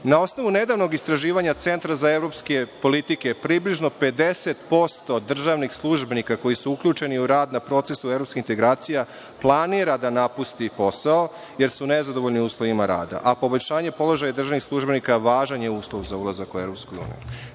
Na osnovu nedavnog istraživanja Centra za evropske politike, približno 50% državnih službenika koji su uključeni u rad na procesu evropskih integracija planira da napusti posao jer su nezadovoljni uslovima rada, a poboljšanje položaja državnih službenika je važan uslov za ulazak u EU.Da ponovim